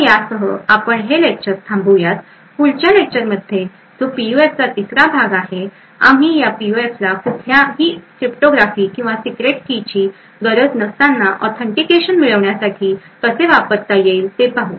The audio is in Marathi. तर यासह आपण हे लेक्चर थांबवू पुढच्या लेक्चरमध्ये जो पीयूएफचा तिसरा भाग आहे आम्ही या पीयूएफला कुठल्याही क्रिप्टोग्राफी किंवा सिक्रेट किजची गरज नसताना ऑथेंटिकेशन मिळवण्यासाठी कसे वापरता येईल ते पाहू